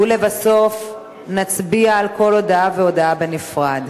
ולבסוף נצביע על כל הודעה והודעה בנפרד.